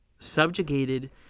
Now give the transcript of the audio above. subjugated